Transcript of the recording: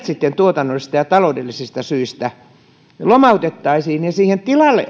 sitten tuotannollisista ja taloudellisista syistä lomautettaisi ja siihen tilalle